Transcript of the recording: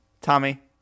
Tommy